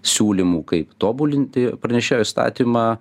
siūlymų kaip tobulinti pranešėjo įstatymą